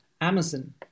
amazon